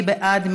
מי בעד?